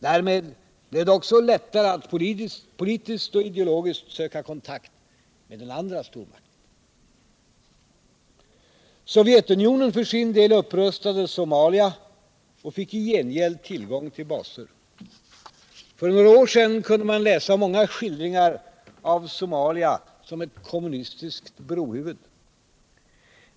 Därmed blev det även lättare att politiskt och ideologiskt söka kontakt med den andra stormakten. Sovjetunionen för sin del upprustade Somalia och fick i gengäld tillgång till baser. För några år sedan kunde man läsa många skildringar av Somalia som ett kommunistiskt brohuvud.